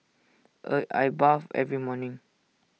I I bathe every morning